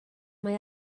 mae